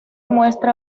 muestra